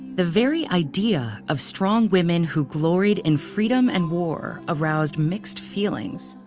the very idea of strong women who gloried in freedom and war aroused mixed feelings.